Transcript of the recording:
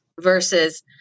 versus